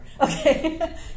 Okay